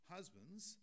Husbands